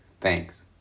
Thanks